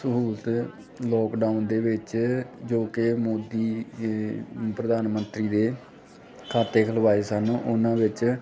ਸਹੂਲਤ ਲਾਕਡਾਊਨ ਦੇ ਵਿੱਚ ਜੋ ਕਿ ਮੋਦੀ ਪ੍ਰਧਾਨ ਮੰਤਰੀ ਦੇ ਖਾਤੇ ਖੁੱਲ੍ਹਵਾਏ ਸਨ ਉਹਨਾਂ ਵਿੱਚ